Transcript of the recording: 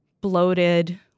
bloated